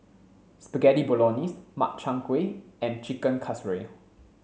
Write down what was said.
Spaghetti Bolognese Makchang gui and Chicken Casserole